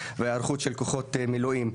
והיערכות של כוחות מילואים.